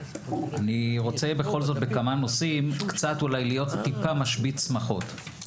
אני רוצה בכל זאת בכמה נושאים להיות טיפה משבית שמחות.